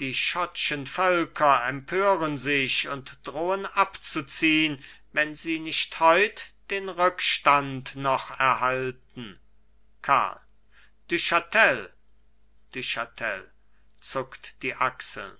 die schottschen völker empören sich und drohen abzuziehn wenn sie nicht heut den rückstand noch erhalten karl du chatel du chatel zuckt die achseln